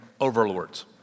overlords